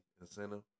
incentive